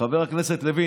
חבר הכנסת לוין,